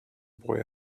boy